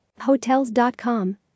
Hotels.com